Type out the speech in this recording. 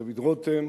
דוד רותם,